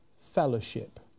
fellowship